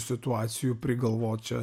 situacijų prigalvot čia